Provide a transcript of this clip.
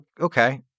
okay